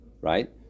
Right